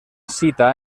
cita